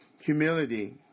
humility